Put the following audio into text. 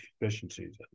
efficiencies